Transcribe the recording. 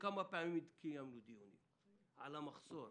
כמה פעמים קיימנו דיונים על המחסור,